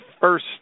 first